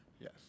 Yes